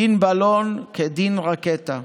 דין בלון כדין רקטה,